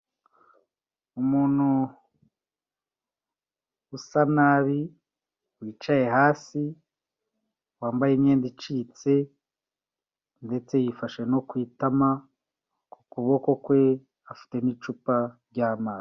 Umuntu usa nabi wicaye hasi wambaye imyenda icitse ndetse yifashe no ku itama, ku kuboko kwe afite n'icupa ry'amazi.